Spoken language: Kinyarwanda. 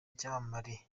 icyamamare